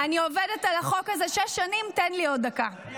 אני עובדת על החוק הזה שש שנים, תן לי עוד דקה.